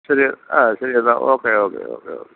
ശരി അ ശരി എന്ന ഓക്കെ ഓക്കെ ഓക്കെ ഓക്കെ